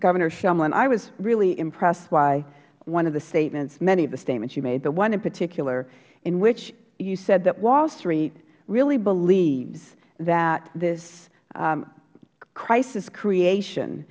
governor shumlin i was really impressed by one of the statements many of the statements you made but one in particular in which you said that wall street really believes that this crisis creation